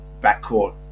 backcourt